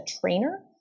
trainer